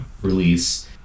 release